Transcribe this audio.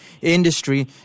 industry